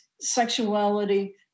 sexuality